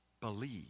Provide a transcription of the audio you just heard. believe